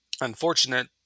unfortunate